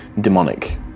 demonic